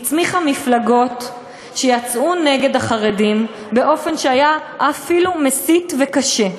היא הצמיחה מפלגות שיצאו נגד החרדים באופן שהיה אפילו מסית וקשה.